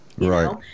right